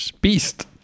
beast